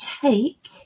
take